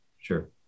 Sure